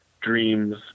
dreams